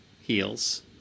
heals